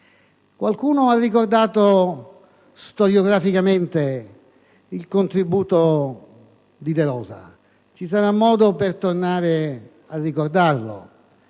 Qualcuno ha ricordato storiograficamente il contributo di De Rosa; vi sarà modo di tornare a ricordarlo,